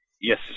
Yes